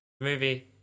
movie